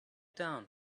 down